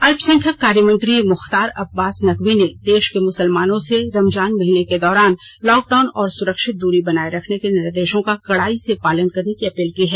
अल्पसंख्यक कार्य मंत्री मुख्तार अब्बास नकवी ने देश के मुसलमानों से रमजान महीने के दौरान लॉकडाउन और सुरक्षित दूरी बनाए रखने के निर्देशों का कड़ाई से पालन करने की अपील की है